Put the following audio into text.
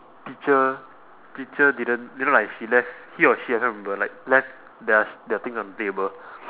teacher teacher didn't you know like she left he or she I can't remember like left their sh~ their things on the table